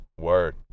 Word